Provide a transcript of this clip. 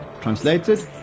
translated